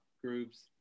groups